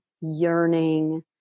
yearning